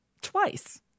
twice